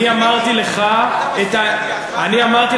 אני אמרתי לך את האמת,